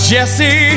Jesse